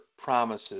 promises